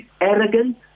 arrogant